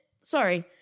sorry